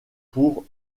pour